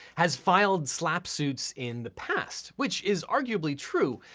has filed slapp suits in the past. which is arguably true.